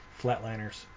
Flatliners